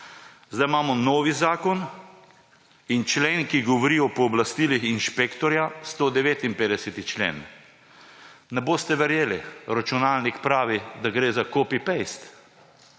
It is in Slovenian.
Zdaj imamo novi zakon in člen, ki govori o pooblastilih inšpektorja – 159. člen. Ne boste verjeli, računalnik pravi, da gre za copy-paste.